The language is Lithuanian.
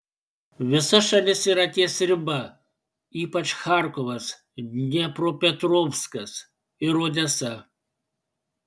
visa šalis yra ties riba ypač charkovas dniepropetrovskas ir odesa